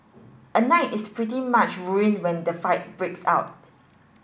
a night is pretty much ruined when the fight breaks out